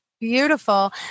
beautiful